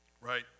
Right